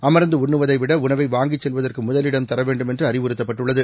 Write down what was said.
அமர்ந்து உண்னுவதை விட உணவை வாங்கிச் செல்லுவதற்கு முதலிடம் தர வேண்டும் என்று அறிவுறுத்தப்பட்டுள்ளது